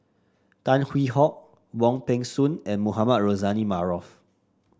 Tan Hwee Hock Wong Peng Soon and Mohamed Rozani Maarof